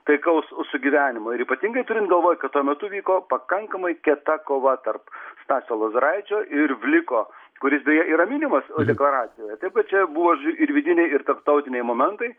taikaus sugyvenimo ir ypatingai turint galvoj kad tuo metu vyko pakankamai kieta kova tarp stasio lozoraičio ir bliko kuris beje yra minimas deklaracijoje taip kad čia buvo ir vidiniai ir tarptautiniai momentai